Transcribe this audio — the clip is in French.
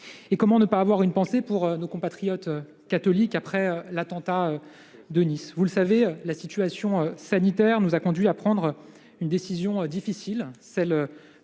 Comment ne pas avoir une pensée pour nos compatriotes catholiques, après l'attentat de Nice ? La situation sanitaire nous a conduits à prendre une décision difficile, celle